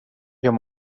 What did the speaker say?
jag